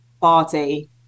party